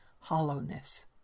hollowness